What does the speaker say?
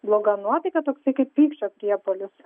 bloga nuotaika toksai kaip pykčio priepuolis